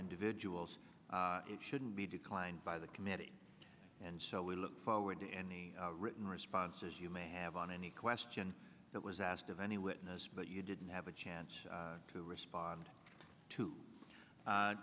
n dividual so it shouldn't be declined by the committee and so we look forward to any written responses you may have on any question that was asked of any witness but you didn't have a chance to respond to